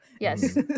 yes